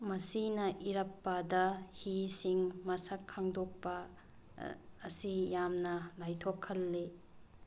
ꯃꯁꯤꯅ ꯏꯔꯞꯄꯗ ꯍꯤꯁꯤꯡ ꯃꯁꯛ ꯈꯪꯗꯣꯛꯄ ꯑꯁꯤ ꯌꯥꯝꯅ ꯂꯥꯏꯊꯣꯛꯍꯜꯂꯤ